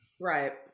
Right